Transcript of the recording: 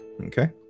Okay